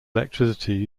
electricity